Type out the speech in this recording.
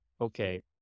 Okay